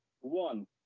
one